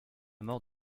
mort